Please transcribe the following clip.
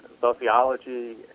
sociology